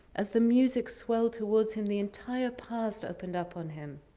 as the music swirled towards him the entire past opened up on him